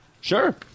Sure